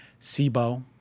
SIBO